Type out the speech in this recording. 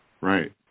right